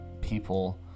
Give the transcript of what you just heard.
people